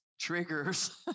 triggers